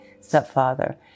stepfather